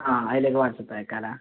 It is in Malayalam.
ആ അതിലേക്ക് വാട്ട്സാപ്പ് അയക്കാമല്ലേ